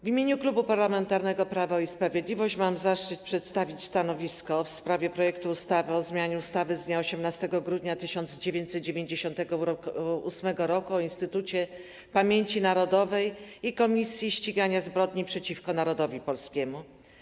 W imieniu Klubu Parlamentarnego Prawo i Sprawiedliwość mam zaszczyt przedstawić stanowisko w sprawie projektu ustawy o zmianie ustawy z dnia 18 grudnia 1998 r. o Instytucie Pamięci Narodowej - Komisji Ścigania Zbrodni przeciwko Narodowi Polskiemu.